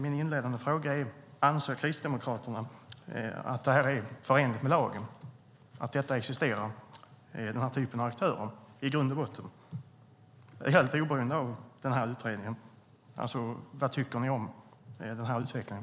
Min inledande fråga är: Anser Kristdemokraterna i grund och botten att det är förenligt med lagen att den här typen av aktörer existerar, helt oberoende av utredningen? Vad tycker ni om den utvecklingen?